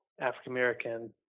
African-American